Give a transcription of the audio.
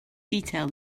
detail